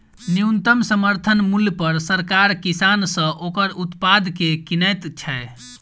न्यूनतम समर्थन मूल्य पर सरकार किसान सॅ ओकर उत्पाद के किनैत छै